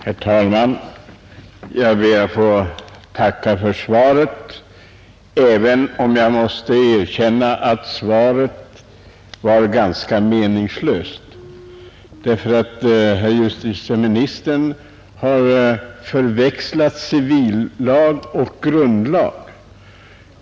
Herr talman! Jag ber att få tacka för svaret, även om jag måste säga att det var ganska meningslöst, därför att herr justitieministern har förväxlat civillag och grundlag.